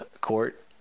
court